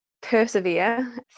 persevere